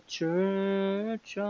Church